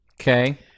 Okay